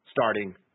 starting